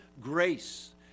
grace